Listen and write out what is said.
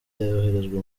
yoherejwe